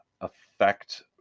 affect